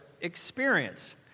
experience